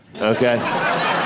okay